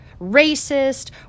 racist